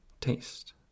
taste